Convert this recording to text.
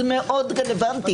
זה מאוד רלוונטי.